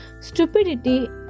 Stupidity